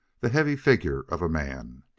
the heavy figure of a man.